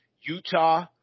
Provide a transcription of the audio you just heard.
Utah